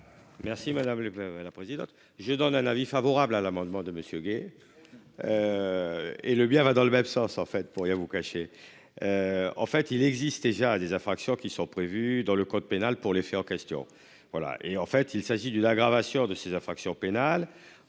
Merci madame école à la présidente, je donne un avis favorable à l'amendement de monsieur Gay. Et le bien va dans le même sens en fait pour rien vous cacher. En fait il existe déjà des infractions qui sont prévues dans le code pénal pour les faits en question. Voilà et en fait il s'agit d'une aggravation de ces infractions pénales.